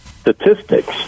statistics